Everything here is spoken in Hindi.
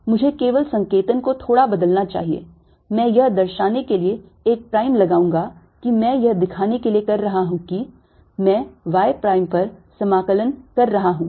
इसलिए मुझे केवल संकेतन को थोड़ा बदलना चाहिए मैं यह दर्शाने के लिए एक प्राइम लगाऊंगा कि मैं यह दिखाने के लिए कर रहा हूं कि मैं y प्राइम पर समाकलन कर रहा हूं